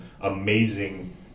amazing